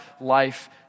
life